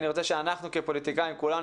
אני רוצה שאנחנו כפוליטיקאים כולנו,